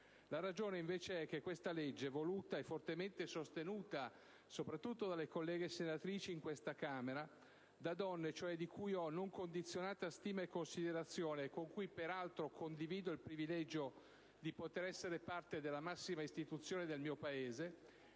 La ragione invece è che questa legge, voluta e fortemente sostenuta dalle colleghe senatrici in questa Camera (da donne cioè di cui ho non condizionata stima e considerazione, con cui peraltro condivido il privilegio di poter essere parte della massima istituzione del mio Paese),